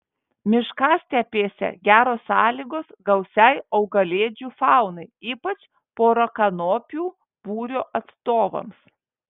miškastepėse geros sąlygos gausiai augalėdžių faunai ypač porakanopių būrio atstovams